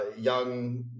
young